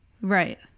Right